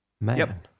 Man